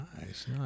nice